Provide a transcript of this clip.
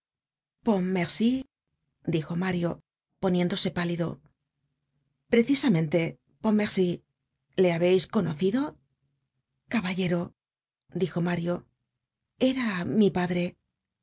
at pontmercy dijo mario poniéndose pálido precisamente pontmercy le habeis conocido caballero dijo mario era mi padre